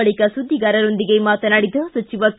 ಬಳಿಕ ಸುದ್ದಿಗಾರರೊಂದಿಗೆ ಮಾತನಾಡಿದ ಸಚಿವ ಕೆ